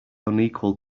unequal